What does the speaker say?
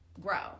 grow